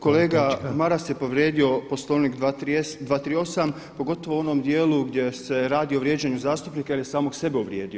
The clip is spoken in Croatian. Kolega Maras je povrijedio Poslovnik 238. pogotovo u onom dijelu gdje se radi o vrijeđanju zastupnika jel je samog sebe uvrijedio.